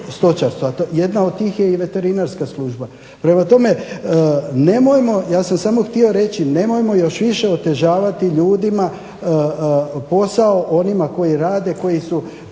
stočarstvo, a jedna od tih je i veterinarska služba. Prema tome, nemojmo. Ja sam samo htio reći nemojmo još više otežavati ljudima posao onima koji rade, koji su